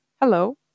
Hello